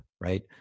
right